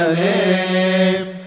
name